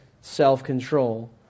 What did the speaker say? self-control